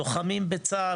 לוחמים בצה"ל,